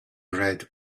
read